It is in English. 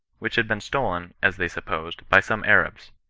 which had been stolen, as they supposed, by some arabs.